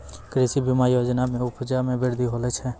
कृषि बीमा योजना से उपजा मे बृद्धि होलो छै